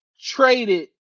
traded